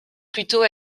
plutôt